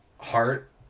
heart